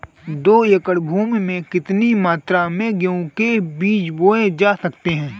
दो एकड़ भूमि में कितनी मात्रा में गेहूँ के बीज बोये जा सकते हैं?